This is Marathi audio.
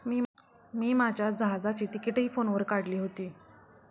मी माझ्या जहाजाची तिकिटंही फोनवर काढली होती